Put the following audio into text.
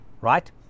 right